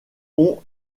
ont